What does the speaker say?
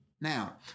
Now